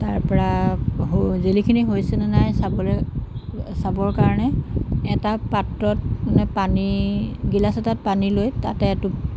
তাৰপৰা হৈ জেলিখিনি হৈছেনে নাই চাবলৈ চাবৰ কাৰণে এটা পাত্ৰত মানে পানী গিলাচ এটাত পানী লৈ তাতে এটোপ